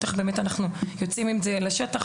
איך באמת אנחנו יוצאים עם זה לשטח.